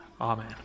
Amen